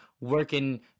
working